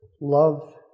love